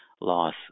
loss